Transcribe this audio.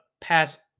past